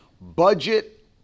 Budget